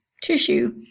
tissue